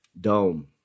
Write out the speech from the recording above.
dome